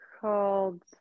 called